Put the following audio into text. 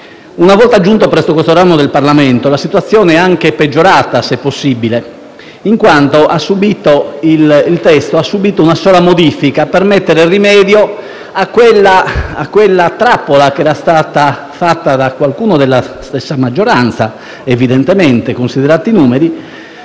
Una volta giunto presso questo ramo del Parlamento, la situazione è anche peggiorata - se possibile - in quanto il testo ha subìto una sola modifica per porre rimedio a quella trappola che era stata fatta evidentemente da qualcuno della stessa maggioranza, considerati i numeri,